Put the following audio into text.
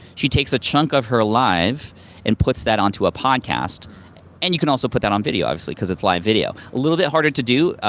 she takes a chunk of her live and puts that onto a podcast and you can also put that on video obviously, cuz it's live video. a little bit harder to do,